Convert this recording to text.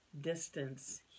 distance